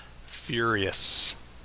furious